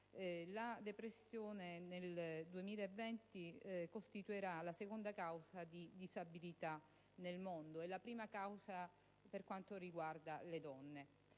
la depressione costituirà nel 2020 la seconda causa di disabilità nel mondo e la prima causa per quanto riguarda le donne.